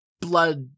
blood